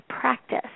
practice